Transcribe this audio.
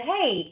hey